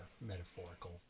metaphorical